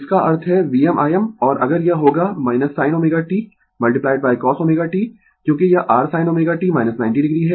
इसका अर्थ है VmIm और अगर यह होगा sin ω t cosω t क्योंकि यह r sin ω t 90 o है